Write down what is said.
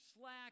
slack